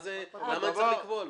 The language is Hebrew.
למה אני צריך לקבוע לו?